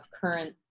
current